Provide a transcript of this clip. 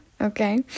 okay